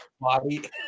body